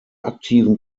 aktiven